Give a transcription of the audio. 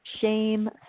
shame